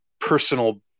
personal